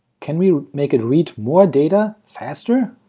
can we make it read more data faster?